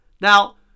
Now